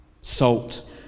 Salt